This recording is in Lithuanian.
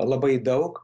labai daug